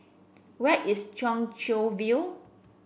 where is Chong Chian View